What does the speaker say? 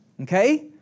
okay